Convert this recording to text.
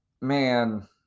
man